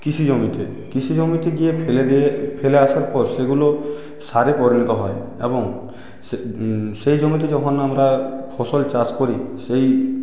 কৃষিজমিতে কৃষিজমিতে গিয়ে ফেলে দিয়ে ফেলে আসার পর সেগুলো সারে পরিণত হয় এবং সেই জমিটি যখন আমরা ফসল চাষ করি সেই